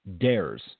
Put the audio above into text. dares